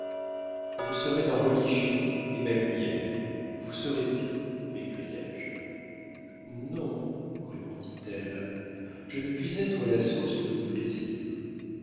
vous serez ma religion et ma lumière vous serez tout m'écriai-je non répondit-elle je ne puis être la source de vos plaisirs